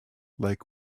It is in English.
like